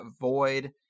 void